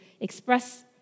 express